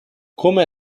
come